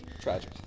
Tragic